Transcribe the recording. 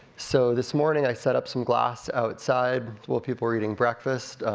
so this morning, i set up some glass outside, while people were eating breakfast.